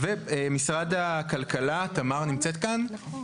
משרד הכלכלה, תמר, בבקשה.